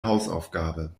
hausaufgabe